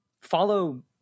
follow